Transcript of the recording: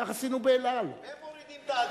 כך עשינו ב"אל על" הם מורידים את האגרה,